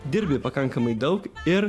dirbi pakankamai daug ir